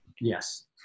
Yes